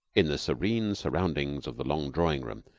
in the serene surroundings of the long drawing-room,